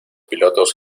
pilotos